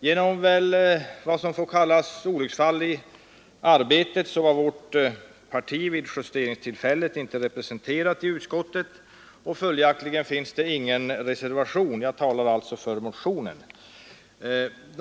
Genom vad som väl får kallas olycksfall i arbetet var vårt parti vid justeringstillfället inte representerat i utskottet, och följaktligen finns det ingen reservation. Jag talar därför nu för motionen.